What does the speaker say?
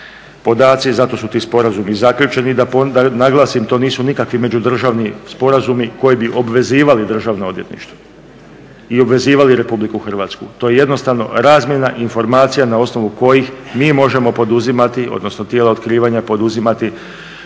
podaci, zato su ti sporazumi zaključeni, da naglasim, to nisu nikakvi međudržavni sporazumi koji bi obvezivali Državno odvjetništvo i obvezivali RH, to je jednostavno razmjena informacija na osnovu kojih mi možemo poduzimati, odnosno tijela otkrivanja poduzimati